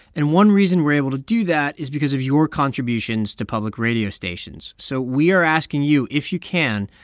and one reason we're able to do that is because of your contributions to public radio stations. so we are asking you, if you can,